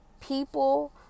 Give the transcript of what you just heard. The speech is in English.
people